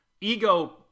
ego